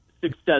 success